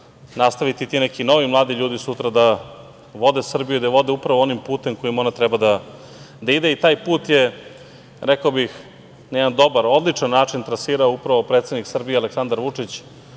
nastaviti ti neki novi mladi ljudi sutra da vode Srbiju, da je vode upravo onim putem kojim ona treba da ide. Taj put je, rekao bih, na jedan dobar, odličan način trasirao upravo predsednik Srbije Aleksandar Vučić